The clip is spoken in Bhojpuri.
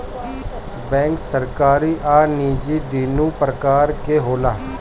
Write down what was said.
बेंक सरकारी आ निजी दुनु प्रकार के होला